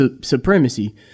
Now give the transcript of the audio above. supremacy